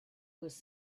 was